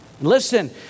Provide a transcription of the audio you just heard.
Listen